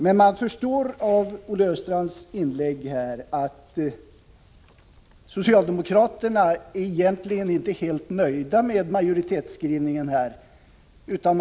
Jag har förstått av Olle Östrands inlägg här att socialdemokraterna egentligen inte är helt nöjda med majoritetsskrivningen.